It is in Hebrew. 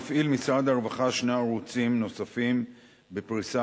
מפעיל משרד הרווחה שני ערוצים נוספים בפריסה